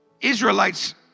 Israelites